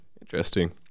Interesting